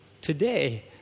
today